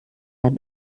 ein